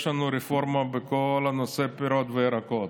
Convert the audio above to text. יש לנו רפורמה בכל נושא הפירות והירקות,